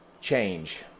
change